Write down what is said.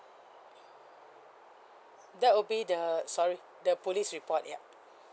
that would be the sorry the police report yup